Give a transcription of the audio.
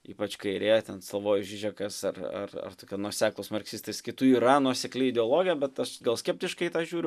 ypač kairėje ten savoj žižekas ar ar tokie nuoseklūs marksistai tai yra nuosekli ideologija bet aš gal skeptiškai į tą žiūriu